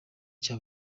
cya